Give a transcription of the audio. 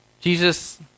Jesus